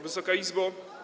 Wysoka Izbo!